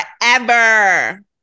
forever